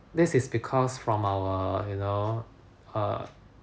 this is because from our you know err